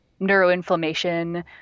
neuroinflammation